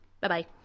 Bye-bye